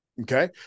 okay